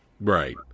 right